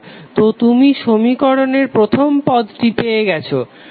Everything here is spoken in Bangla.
তো তুমি সমীকরণের প্রথম পদটি পেয়ে গেছো